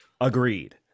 Agreed